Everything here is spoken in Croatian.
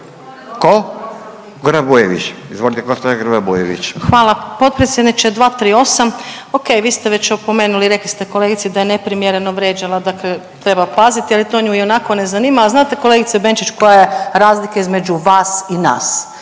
gđa. Grba Bujević. **Grba-Bujević, Maja (HDZ)** Hvala potpredsjedniče. 238., okej vi ste je već opomenuli, rekli ste kolegici da je neprimjereno vrijeđala dakle treba paziti jer to nju ionako ne zanima, a znate kolegice Benčić koja je razlika između vas i nas?